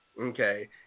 Okay